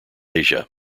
asia